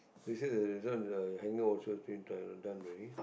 you say the this one hangover is uh done already